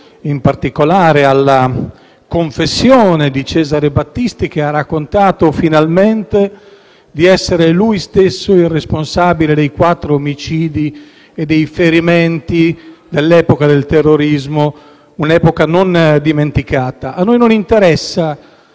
in particolare alla confessione di Cesare Battisti, che ha raccontato finalmente di essere lui stesso il responsabile dei quattro omicidi e dei ferimenti dell'epoca del terrorismo, un'epoca non dimenticata. A noi non interessa